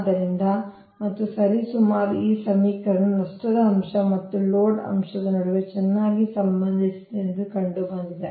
ಆದ್ದರಿಂದ ಮತ್ತು ಸರಿಸುಮಾರು ಈ ಸಮೀಕರಣವು ನಷ್ಟದ ಅಂಶ ಮತ್ತು ಲೋಡ್ ಅಂಶದ ನಡುವೆ ಚೆನ್ನಾಗಿ ಸಂಬಂಧಿಸಿದೆ ಎಂದು ಕಂಡುಬಂದಿದೆ